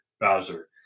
Bowser